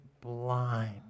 blind